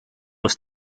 was